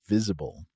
Visible